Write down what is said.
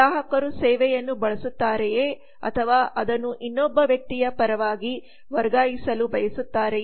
ಗ್ರಾಹಕರು ಸೇವೆಯನ್ನು ಬಳಸುತ್ತಾರೆಯೇ ಅಥವಾ ಅದನ್ನು ಇನ್ನೊಬ್ಬ ವ್ಯಕ್ತಿಯಪರವಾಗಿವರ್ಗಾಯಿಸಲುಬಯಸುತ್ತಾರೆಯೇ